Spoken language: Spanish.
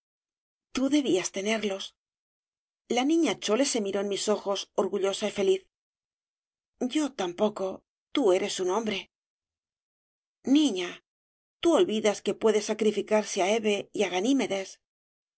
tú debías tenerlos la niña chole se miró en mis ojos orgullosa y feliz yo tampoco tú eres un hombre niña tú olvidas que puede sacrificarse á hebe y